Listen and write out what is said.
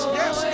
yes